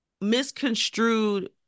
misconstrued